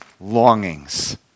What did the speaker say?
longings